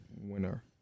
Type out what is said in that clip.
winner